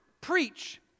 preach